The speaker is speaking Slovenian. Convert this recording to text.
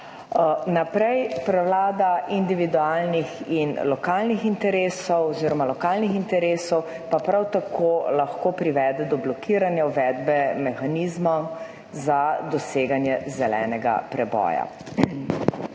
Naprej. Prevlada individualnih oziroma lokalnih interesov pa prav tako lahko privede do blokiranja uvedbe mehanizmov za doseganje zelenega preboja.